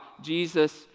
Jesus